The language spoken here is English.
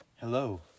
Hello